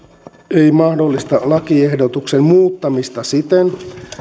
ei mahdollista lakiehdotuksen muuttamista siten